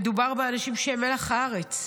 מדובר באנשים שהם מלח הארץ,